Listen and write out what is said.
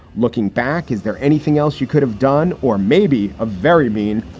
looking back, is there anything else you could have done? or maybe a very mean.